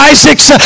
Isaacs